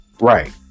Right